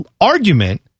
argument